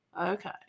Okay